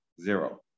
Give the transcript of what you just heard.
Zero